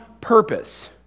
purpose